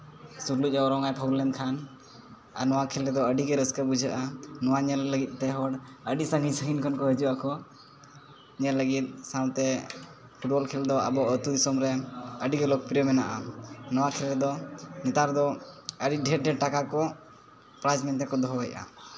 ᱥᱩᱜᱽᱲᱩᱡᱽ ᱮ ᱚᱨᱚᱝᱟᱭ ᱯᱷᱟᱣᱩᱞ ᱞᱮᱱᱠᱷᱟᱱ ᱟᱨ ᱱᱚᱣᱟ ᱠᱷᱮᱹᱞ ᱨᱮᱫᱚ ᱟᱹᱰᱤᱜᱮ ᱨᱟᱹᱥᱠᱟᱹ ᱵᱩᱡᱷᱟᱹᱜᱼᱟ ᱱᱚᱣᱟ ᱧᱮᱞ ᱞᱟᱹᱜᱤᱫ ᱛᱮ ᱦᱚᱲ ᱟᱹᱰᱤ ᱥᱟᱺᱜᱤᱧ ᱥᱟᱺᱜᱤᱧ ᱠᱷᱚᱱ ᱠᱚ ᱦᱤᱡᱩᱜᱼᱟᱠᱚ ᱧᱮᱞ ᱞᱟᱹᱜᱤᱫ ᱥᱟᱶᱛᱮ ᱯᱷᱩᱴᱵᱚᱞ ᱠᱷᱮᱹᱞ ᱫᱚ ᱟᱵᱚ ᱟᱹᱛᱩ ᱫᱤᱥᱚᱢ ᱨᱮ ᱟᱹᱰᱤ ᱜᱮ ᱞᱳᱠ ᱯᱨᱤᱭᱳ ᱢᱮᱱᱟᱜᱼᱟ ᱱᱚᱣᱟ ᱠᱷᱮᱹᱞ ᱨᱮᱫᱚ ᱱᱮᱛᱟᱨ ᱫᱚ ᱟᱹᱰᱤ ᱰᱷᱮᱨ ᱰᱷᱮᱨ ᱴᱟᱠᱟ ᱠᱚ ᱯᱨᱟᱭᱤᱡᱽ ᱢᱮᱱᱛᱮᱠᱚ ᱫᱚᱦᱚᱭᱮᱫᱼᱟ